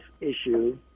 issue